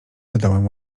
dodałem